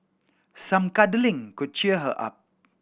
some cuddling could cheer her up